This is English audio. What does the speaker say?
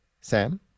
Sam